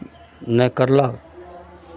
नहि करलक